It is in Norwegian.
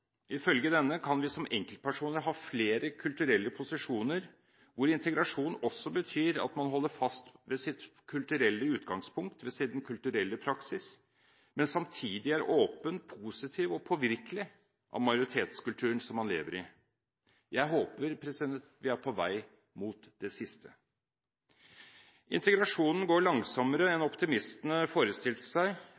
Ifølge denne kan vi som enkeltpersoner ha flere kulturelle posisjoner, hvor integrasjon også betyr at man holder fast ved sitt kulturelle utgangspunkt og sin kulturelle praksis, men samtidig er åpen og positiv til og påvirkelig av majoritetskulturen man lever i. Jeg håper vi er på vei mot det siste. Integrasjonen går langsommere enn